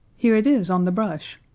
here it is, on the brush.